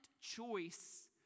choice